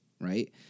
right